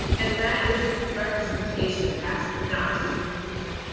and that is representation, that's not just inclusion.